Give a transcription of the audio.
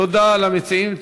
תודה למציעים.